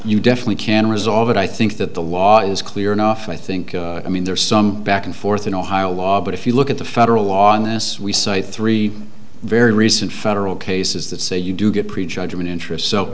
you definitely can resolve it i think that the law is clear enough i think i mean there are some back and forth in ohio law but if you look at the federal law unless we cite three very recent federal cases that say you do get pre judgment interest so